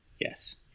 Yes